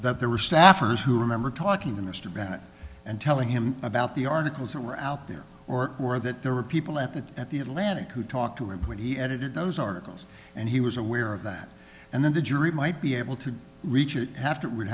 that there were staffers who remember talking to mr bennett and telling him about the articles that were out there or were that there were people at the at the atlantic who talked to him when he edited those articles and he was aware of that and then the jury might be able to reach